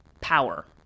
power